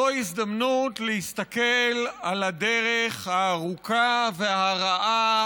זאת הזדמנות להסתכל על הדרך הארוכה והרעה